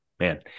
man